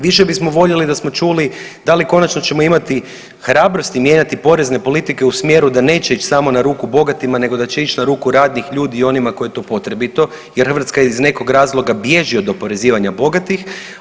Više bismo voljeli da smo čuli da li konačno ćemo imati hrabrosti mijenjati porezne politike u smjeru da neće ići samo na ruku bogatima, nego da će ići na ruku radnih ljudi i onima kojima je to potrebito jer Hrvatska iz nekog razloga bježi od oporezivanja bogatih.